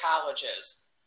colleges